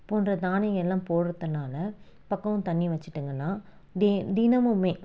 போன்ற தானியெங்கல்லாம் போடுகிறதுனால பக்கம் தண்ணி வைச்சுட்டிங்ன்னா தி தினமுமே